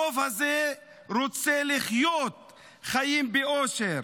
הרוב הזה רוצה לחיות חיים באושר,